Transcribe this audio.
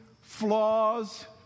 flaws